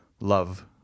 love